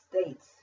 states